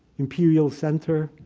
imperial center,